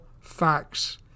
facts